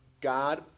God